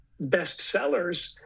bestsellers